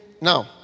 now